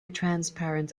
transparent